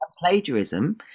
Plagiarism